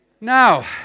Now